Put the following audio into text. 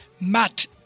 Matt